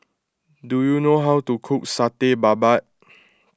do you know how to cook Satay Babat